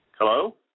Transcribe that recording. Hello